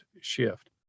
shift